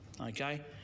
Okay